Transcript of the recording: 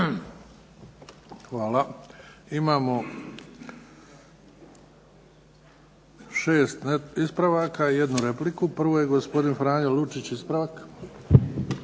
Hvala. Imamo 6 ispravaka i 1 repliku. Prvo je gospodin Franjo Lucić, ispravak.